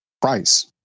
price